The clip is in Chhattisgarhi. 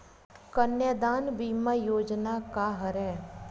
कन्यादान बीमा योजना का हरय?